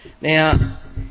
Now